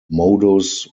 modus